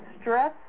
stress